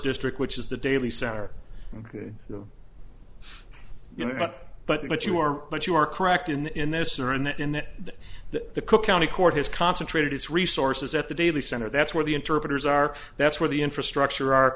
district which is the daily center you know about but you are but you are correct in that in this or in the in that that the cook county court has concentrated its resources at the daily center that's where the interpreters are that's where the infrastructure are